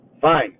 Fine